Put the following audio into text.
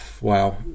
wow